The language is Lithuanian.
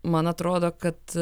man atrodo kad